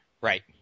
Right